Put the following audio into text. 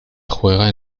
juega